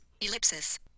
ellipsis